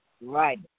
right